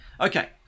Okay